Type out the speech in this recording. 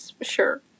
Sure